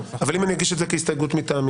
אבל אם אני אגיש את זה כהסתייגות מטעמי?